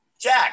Jack